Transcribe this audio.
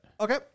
Okay